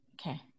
Okay